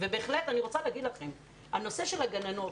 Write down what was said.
אני רוצה לומר לכם שהנושא של הגננות,